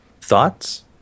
Thoughts